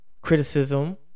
criticism